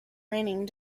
raining